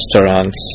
restaurants